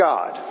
God